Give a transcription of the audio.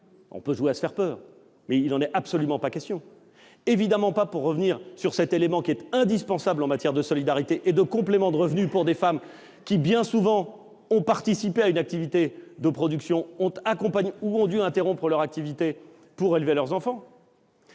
pas à nous faire peur ! Il n'est absolument pas question de revenir sur cet élément indispensable en matière de solidarité et de complément de revenu pour des femmes qui, bien souvent, ont participé à une activité de production ou ont dû interrompre leur activité pour élever leurs enfants.